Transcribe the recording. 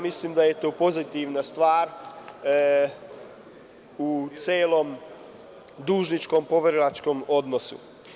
Mislim da je to pozitivna stvar u celom dužničko-poverilačkom odnosu.